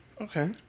Okay